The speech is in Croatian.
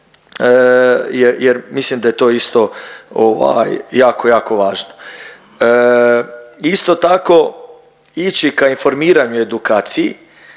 jer mislim da je to isto ovaj, jako, jako važno. Isto tako ići ka informiranju i edukaciji